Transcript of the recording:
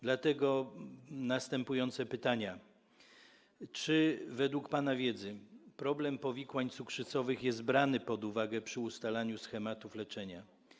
Dlatego następujące pytania: Czy według pana wiedzy problem powikłań cukrzycowych jest brany pod uwagę przy ustalaniu schematów leczenia?